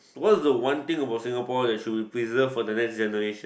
what's the one thing about Singapore that should be preserved for the next generation